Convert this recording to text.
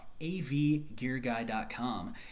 avgearguy.com